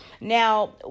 Now